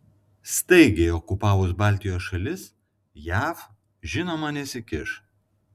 staigiai okupavus baltijos šalis jav žinoma nesikiš